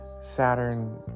Saturn